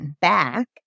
back